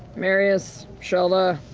marius, shelda,